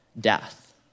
death